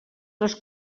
les